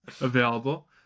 available